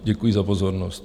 Děkuji za pozornost.